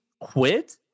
quit